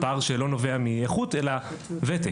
פער שלא נובע מאיכות אלא מוותק,